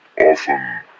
Often